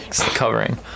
covering